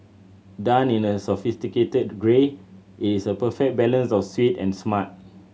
done in a sophisticated grey it is a perfect balance of sweet and smart